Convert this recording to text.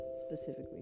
specifically